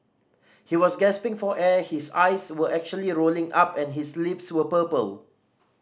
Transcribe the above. he was gasping for air his eyes were actually rolling up and his lips were purple